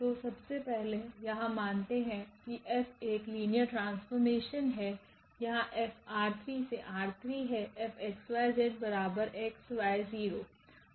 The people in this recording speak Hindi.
तो सबसे पहले यहां मानते है की F एक लिनियर ट्रांसफॉर्मेशन है यहाँ 𝐹 → F𝑥𝑦𝑧𝑥𝑦0